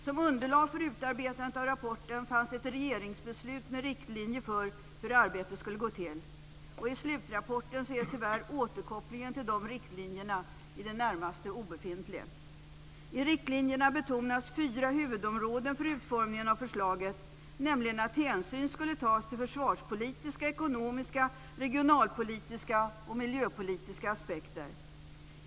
Som underlag för utarbetandet av rapporten fanns ett regeringsbeslut med riktlinjer för hur arbetet skulle gå till. I slutrapporten är tyvärr återkopplingen till de riktlinjerna i det närmaste obefintlig. I riktlinjerna betonades fyra huvudområden för utformningen av förslaget, nämligen att hänsyn skulle tas till försvarspolitiska, ekonomiska, regionalpolitiska och miljöpolitiska effekter.